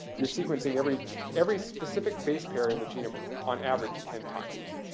you're sequencing every every specific base pair in the genome, on average, ten times.